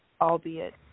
albeit